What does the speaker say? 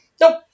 Nope